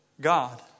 God